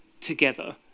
together